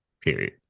period